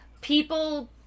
people